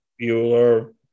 Bueller